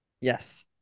Yes